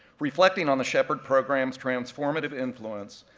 reflecting on the shepherd program's transformative influence,